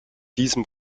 diesem